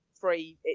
free